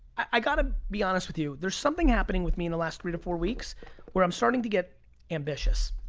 i gotta be honest with you. there's something happening with me in the last three to four weeks where i'm starting to get ambitious.